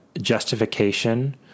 justification